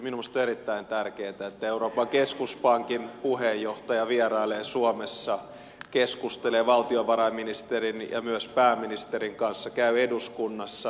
minusta on erittäin tärkeätä että euroopan keskuspankin puheenjohtaja vierailee suomessa keskustelee valtiovarainministerin ja myös pääministerin kanssa käy eduskunnassa